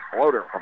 floater